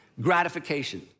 gratification